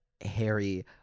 Harry